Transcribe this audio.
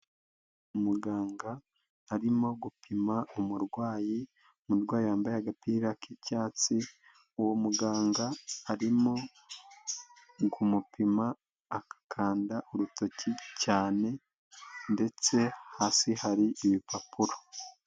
Umuganga arimo gupima umurwayi, umurwa wambaye agapira k'icyatsi, uwo muganga arimo kumupima agakanda urutoki cyane ndetse hasi hari ibipapuro.